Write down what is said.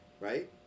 right